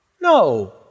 No